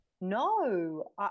No